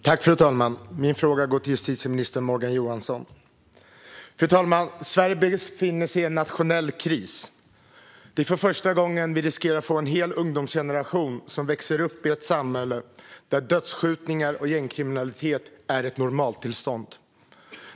Fru talman! Min fråga går till justitieminister Morgan Johansson. Sverige befinner sig i en nationell kris. För första gången riskerar vi att få en hel ungdomsgeneration som växer upp i ett samhälle där dödsskjutningar och gängkriminalitet är ett normaltillstånd.